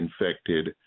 infected